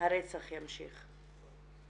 הרצח ימשיך.